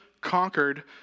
conquered